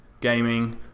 gaming